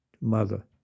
mother